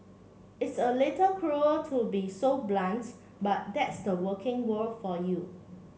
it's a little cruel to be so blunt but that's the working world for you